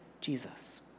Jesus